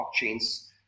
blockchains